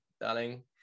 darling